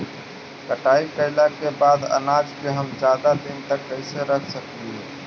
कटाई कैला के बाद अनाज के हम ज्यादा दिन तक कैसे रख सकली हे?